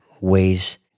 ways